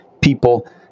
people